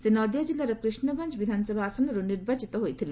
ସେ ନଦିଆ ଜିଲ୍ଲାର କ୍ରିଷ୍ଣଗଞ୍ଜ ବିଧାନସଭା ଆସନରୁ ନିର୍ବାଚିତ ହୋଇଥିଲେ